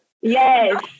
Yes